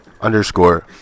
underscore